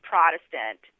Protestant